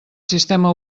sistema